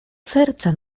serca